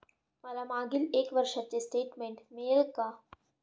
मला मागील एक वर्षाचे स्टेटमेंट मिळेल का?